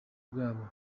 bwabo